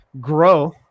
grow